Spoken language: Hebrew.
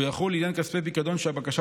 והוא יחול לעניין כספי פיקדון שהבקשה